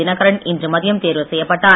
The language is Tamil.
தினகரன் இன்று மதியம் தேர்வு செய்யப்பட்டார்